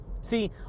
See